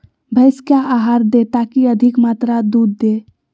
भैंस क्या आहार दे ताकि अधिक मात्रा दूध दे?